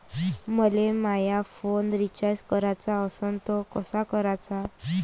मले माया phone recharge कराचा असन तर कसा कराचा?